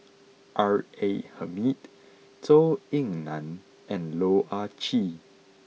R A Hamid Zhou Ying Nan and Loh Ah Chee